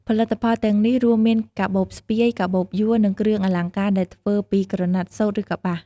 ផលិតផលទាំងនេះរួមមានកាបូបស្ពាយ កាបូបយួរ និងគ្រឿងអលង្ការដែលធ្វើពីក្រណាត់សូត្រ ឬកប្បាស។